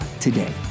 today